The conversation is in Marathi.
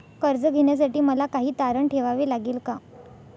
कर्ज घेण्यासाठी मला काही तारण ठेवावे लागेल का?